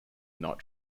not